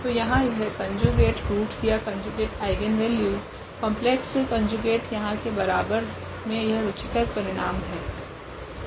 तो यहाँ यह कोंजुगेट रूट्स या कोंजुगेट आइगनवेल्यूस कोम्पेल्क्स कोंजुगेट यहाँ के बारे मे यह रुचिकर परिणाम है